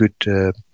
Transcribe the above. good